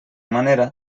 manera